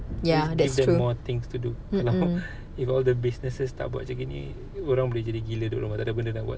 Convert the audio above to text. give them more things to do if all the businesses tak buat macam gini orang boleh jadi gila tak ada benda nak buat